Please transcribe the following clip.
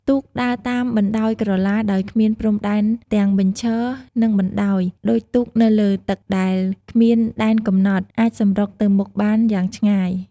ទូក ដើរតាមបណ្តោយក្រឡាដោយគ្មានព្រំដែនទាំងបញ្ឈរ និងបណ្តាយ ដូចទូកនៅលើទឹកដែលគ្មានដែនកំណត់ អាចសម្រុកទៅមុខបានយ៉ាងឆ្ងាយ។